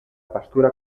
pastura